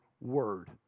word